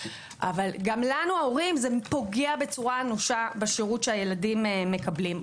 אבל גם לנו ההורים זה פוגע בצורה אנושה בשרות שהילדים מקבלים.